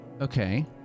Okay